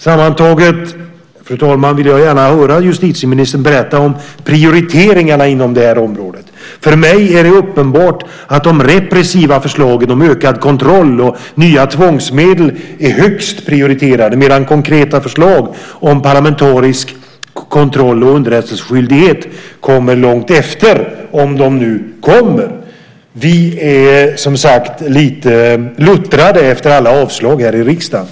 Sammantaget, fru talman, vill jag gärna höra justitieministern berätta om prioriteringarna inom detta område. För mig är det uppenbart att de repressiva förslagen om ökad kontroll och nya tvångsmedel är högst prioriterade medan konkreta förslag om parlamentarisk kontroll och underrättelseskyldighet kommer långt efter, om de alls kommer. Vi är, som sagt, något luttrade efter alla avslag i riksdagen.